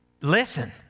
listen